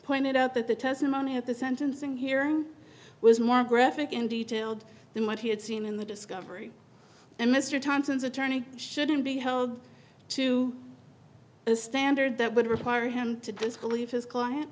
pointed out that the testimony at the sentencing hearing was more graphic and detailed than what he had seen in the discovery and mr thompson's attorney shouldn't be held to a standard that would require him to disbelieve his client